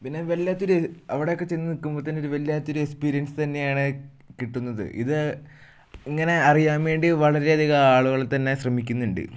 പിന്നെ വല്ലാത്തൊരു അവിടെ ഒക്കെ ചെന്ന് നിൽക്കുമ്പോൾ തന്നെ ഒരു വല്ലാത്തൊരു എക്സ്പീരിയൻസ് തന്നെയാണ് കിട്ടുന്നത് ഇത് ഇങ്ങനെ അറിയാൻ വേണ്ടി വളരെയധികം ആളുകൾ തന്നെ ശ്രമിക്കുന്നുണ്ട്